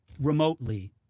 remotely